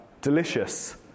Delicious